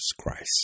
Christ